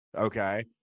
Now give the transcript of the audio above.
okay